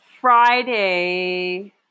Friday